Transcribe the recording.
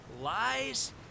lies